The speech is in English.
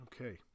Okay